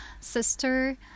sister